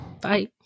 Bye